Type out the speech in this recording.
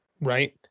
right